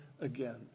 again